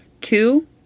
two